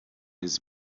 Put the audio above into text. his